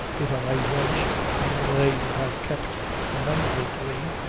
if i may judge from the way you have kept the memory green.